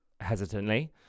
hesitantly